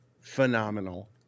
phenomenal